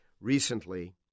recently